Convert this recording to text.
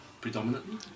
predominantly